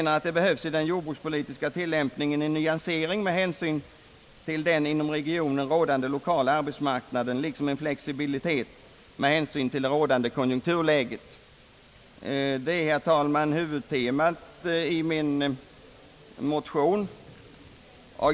Det behövs i den jordbrukspolitiska tillämpningen en nyansering med hänsyn till den inom regionen rådande lokala arbetsmarknadssituationen, liksom en flexibilitet med hänsyn till det rådande konjunkturläget. Detta är, herr talman, huvudtemat i min motion.